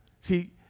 See